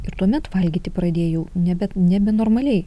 ir tuomet valgyti pradėjau ne bet nebe normaliai